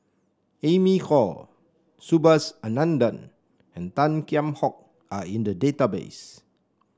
Amy Khor Subhas Anandan and Tan Kheam Hock are in the database